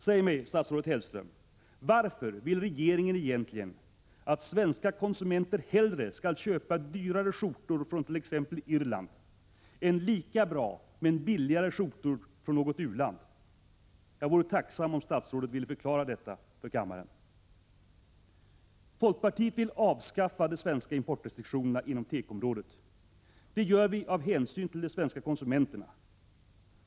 Säg mig, statsrådet Hellström: Varför vill regeringen egentligen att svenska konsumenter hellre skall köpa dyrare skjortor från t.ex. Irland än lika bra men billigare skjortor från något u-land? Jag vore tacksam om statsrådet ville förklara detta för kammaren. Folkpartiet vill avskaffa de svenska importrestriktionerna inom tekoområdet. Det gör vi av hänsyn till de svenska konsumenterna.